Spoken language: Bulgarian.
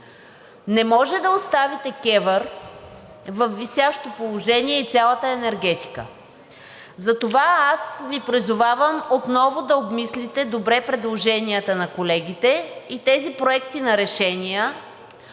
не може да оставите КЕВР във висящо положение и цялата енергетика. Затова Ви призовавам отново да обмислите добре предложенията на колегите и тези проекти на решения,